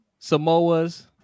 Samoas